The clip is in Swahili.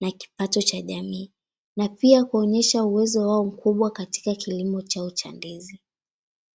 na kipato cha jamii na pia kuonyesha uwezo wao mkubwa katika kilimo chao cha ndizi.